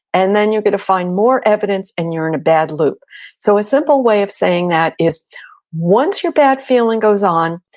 and then you're gonna find more evidence and you're in a bad loop so a simple way of saying that is once your bad feeling goes on,